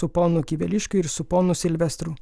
su ponu kiveliškiu ir su ponu silvestru